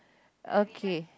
okay